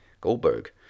Goldberg